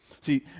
See